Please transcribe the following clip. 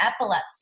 epilepsy